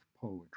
poetry